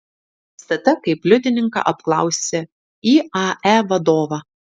stt kaip liudininką apklausė iae vadovą